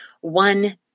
one